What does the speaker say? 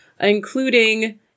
including